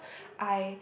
I